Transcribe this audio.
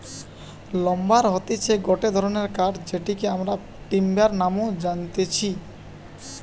lumber হতিছে গটে ধরণের কাঠ যেটিকে আমরা টিম্বার নামেও জানতেছি